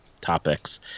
topics